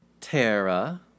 Tara